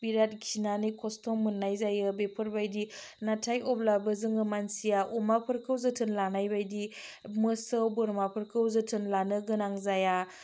बिराथ खिनानै खस्थ' मोननाय जायो बेफोरबायदि नाथाय अब्लाबो जोङो मानसिया अमाफोरखौ जोथोन लानायबायदि मोसौ बोरमाफोरखौ जोथोन लानो गोनां जाया